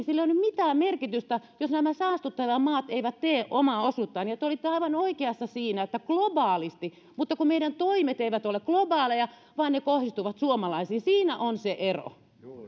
sillä ei ole mitään merkitystä jos nämä saastuttavat maat eivät tee omaa osuuttaan ja ja te olitte aivan oikeassa siinä että globaalisti mutta kun meidän toimemme eivät ole globaaleja vaan ne kohdistuvat suomalaisiin siinä on se ero